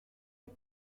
les